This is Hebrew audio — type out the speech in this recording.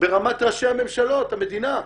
ברמת ראשי הממשלות, המדינה.